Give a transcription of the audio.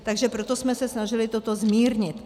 Takže proto jsme se snažili toto zmírnit.